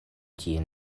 tie